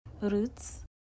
Roots